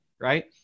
right